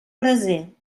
braser